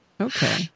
Okay